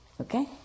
Okay